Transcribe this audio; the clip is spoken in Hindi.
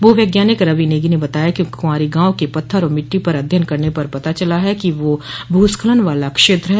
भू वैज्ञानिक रवि नेगी ने बताया कि कुंवारी गांव के पत्थर और मिट्टी पर अध्ययन करने पर पता चला है कि वह भूस्खलन वाला क्षेत्र है